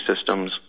systems